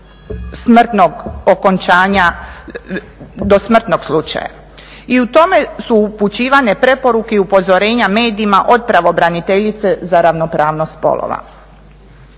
došlo je do smrtnog slučaja i u tome su upućivane preporuke i upozorenja medijima od pravobraniteljice za ravnopravnost spolova.